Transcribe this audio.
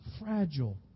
fragile